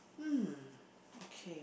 um okay